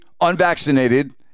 unvaccinated